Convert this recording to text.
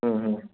হুম হুম